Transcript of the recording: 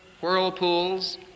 whirlpools